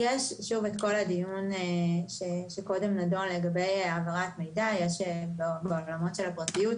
יש את כל הדיון שנערך קודם לגבי העברת מידע בעולמות של הפרטיות,